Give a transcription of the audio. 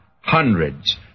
hundreds